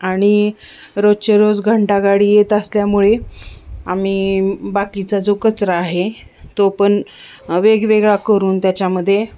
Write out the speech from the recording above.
आणि रोजचे रोज घंटा गाडी येत असल्यामुळे आम्ही बाकीचा जो कचरा आहे तो पण वेगवेगळा करून त्याच्यामध्ये